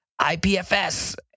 IPFS